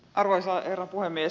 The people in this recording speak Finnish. arvoisa herra puhemies